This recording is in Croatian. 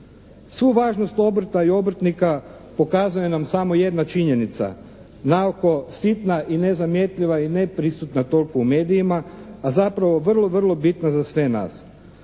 Svu važnost obrta i obrtnika pokazuje nam samo jedna činjenica, naoko sitna i nezamjetljiva i neprisutna toliko u medijima a zapravo vrlo, vrlo bitna za sve nas.